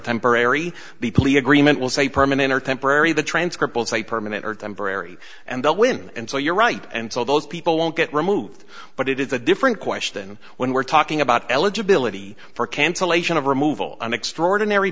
temporary the plea agreement will say permanent or temporary the transcript will say permanent or temporary and the women and so you're right and so those people won't get removed but it is a different question when we're talking about eligibility for cancellation of removal an extraordinary